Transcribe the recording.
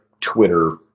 Twitter